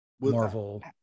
Marvel